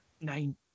Nine